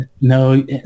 No